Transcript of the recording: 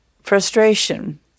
frustration